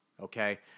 Okay